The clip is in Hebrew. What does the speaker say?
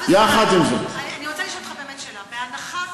יחד עם זאת, אני רוצה לשאול אותך באמת שאלה: בהנחה